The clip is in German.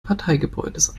parteigebäudes